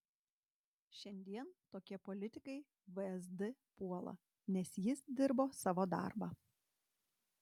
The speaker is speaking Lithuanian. šiandien tokie politikai vsd puola nes jis dirbo savo darbą